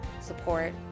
support